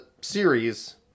series